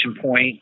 point